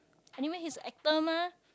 anyways he's a actor mah